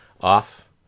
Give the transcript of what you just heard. off